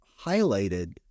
highlighted